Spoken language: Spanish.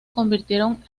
convirtieron